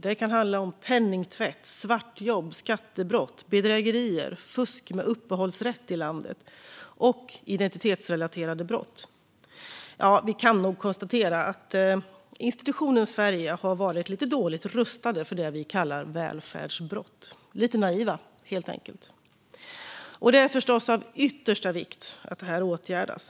Det kan handla om penningtvätt, svartjobb, skattebrott, bedrägerier, fusk med uppehållsrätt i landet och identitetsrelaterade brott. Ja, vi kan nog konstatera att institutionen Sverige har varit lite dåligt rustad för det vi kallar välfärdsbrott - lite naiva, helt enkelt. Det är av yttersta vikt att detta åtgärdas.